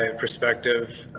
and perspective.